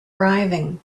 arriving